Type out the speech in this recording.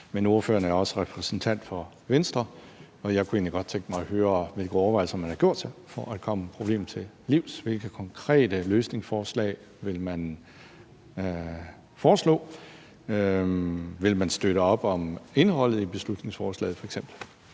Men ordføreren er også repræsentant for Venstre, og jeg kunne egentlig godt tænke mig at høre, hvilke overvejelser man har gjort sig for at komme problemet til livs. Hvilke konkrete løsningsforslag vil man komme med? Vil man f.eks. støtte op om indholdet i beslutningsforslaget?